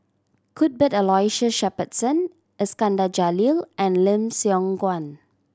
Cuthbert Aloysius Shepherdson Iskandar Jalil and Lim Siong Guan